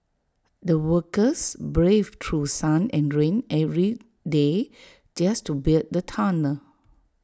the workers braved through sun and rain every day just to build the tunnel